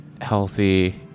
healthy